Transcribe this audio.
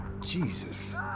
Jesus